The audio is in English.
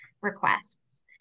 requests